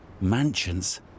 mansions